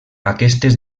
aquestes